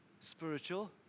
spiritual